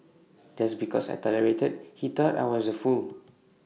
just because I tolerated he thought I was A fool